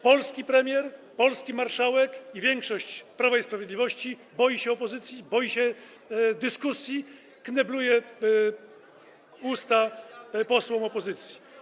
Polski premier, polski marszałek i większość Prawa i Sprawiedliwości boją się opozycji, boją się dyskusji, kneblują usta posłom opozycji.